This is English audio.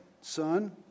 son